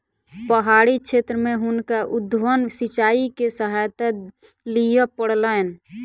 पहाड़ी क्षेत्र में हुनका उद्वहन सिचाई के सहायता लिअ पड़लैन